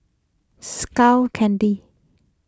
Skull Candy